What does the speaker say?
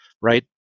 right